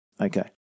Okay